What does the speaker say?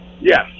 Yes